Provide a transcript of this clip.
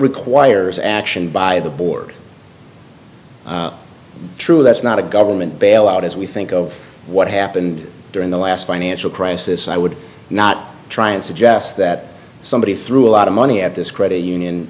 requires action by the board true that's not a government bailout as we think of what happened during the last financial crisis i would not try and suggest that somebody threw a lot of money at this credit union